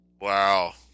Wow